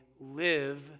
live